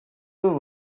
were